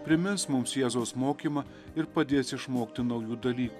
primins mums jėzaus mokymą ir padės išmokti naujų dalykų